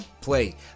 play